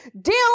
Deal